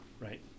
right